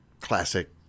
classic